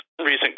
recent